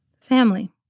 family